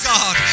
God